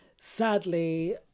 sadly